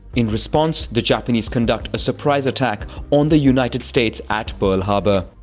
in response, the japanese conduct a surprise attack on the united states at pearl harbor.